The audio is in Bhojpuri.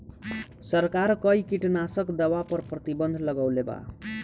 सरकार कई किटनास्क दवा पर प्रतिबन्ध लगवले बा